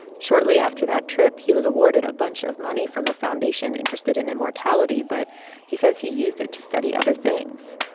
shortly after that trip, he was awarded a bunch of money from a foundation interested in immortality. but he says he used it to study other things,